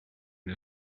der